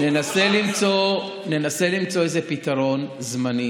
ננסה למצוא איזה פתרון זמני